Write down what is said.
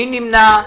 מי נמנע?